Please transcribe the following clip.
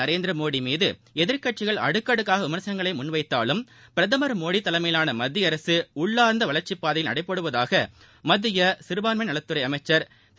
நரேந்திரமோடி மீது எதிர்க்கட்சிகள் அடுக்கடுக்காக விமர்சனங்களை தலைமையிலான மத்திய அரசு உள்ளார்ந்த வளர்ச்சிப் பாதையில் நடைபோடுவதாக மத்திய சிறுபான்மையினா் நலத்துறை அமைச்சா் திரு